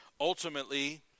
Ultimately